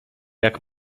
jak